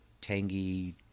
Tangy